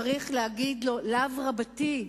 צריך להגיד לו "לאו" רבתי.